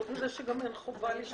חוץ מזה שגם אין חובה להשתתף בדיון.